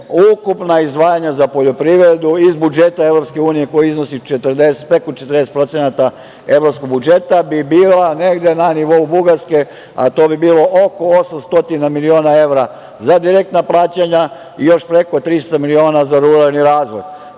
ukupna izdvajanja za poljoprivredu iz budžeta EU koji iznosi preko 40% evropskog budžeta bi bila negde na nivou Bugarske, a to bi bilo oko 800 miliona evra za direktna plaćanja i još preko 300 miliona za ruralni